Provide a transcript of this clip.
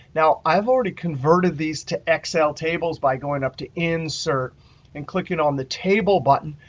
now i've already converted these to excel tables by going up to insert and clicking on the table button.